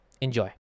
Enjoy